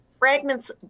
fragments